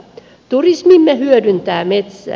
turismimme hyödyntää metsää